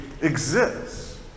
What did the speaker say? exists